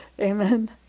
amen